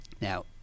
Now